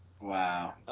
Wow